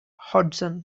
hudson